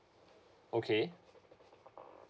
okay